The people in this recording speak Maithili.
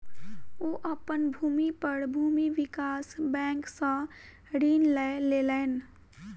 ओ अपन भूमि पर भूमि विकास बैंक सॅ ऋण लय लेलैन